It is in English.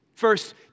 First